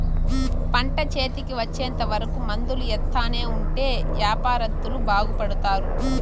పంట చేతికి వచ్చేంత వరకు మందులు ఎత్తానే ఉంటే యాపారత్తులు బాగుపడుతారు